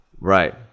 Right